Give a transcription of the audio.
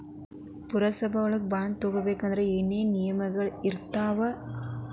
ಪುರಸಭಾ ಬಾಂಡ್ಗಳನ್ನ ತಗೊಬೇಕಂದ್ರ ಏನೇನ ನಿಯಮಗಳಿರ್ತಾವ?